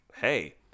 hey